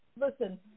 listen